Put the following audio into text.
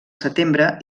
setembre